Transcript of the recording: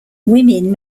women